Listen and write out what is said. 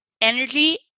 Energy